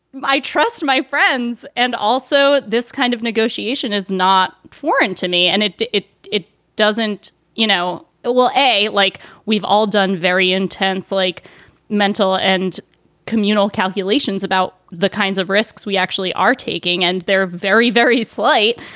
i trust my friends. and also, this kind of negotiation is not foreign to me. and it it it doesn't you know, it will a like we've all done very intense, like mental and communal calculations about the kinds of risks we actually are taking. and they're very, very slight.